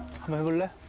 seola